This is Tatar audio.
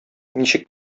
ничек